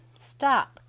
Stop